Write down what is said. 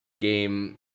Game